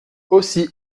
aussi